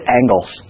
angles